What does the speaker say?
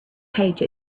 page